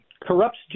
corrupts